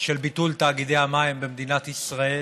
של ביטול תאגידי המים במדינת ישראל.